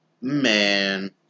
man